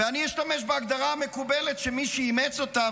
ואני אשתמש בהגדרה המקובלת’ שמי שאימץ אותה,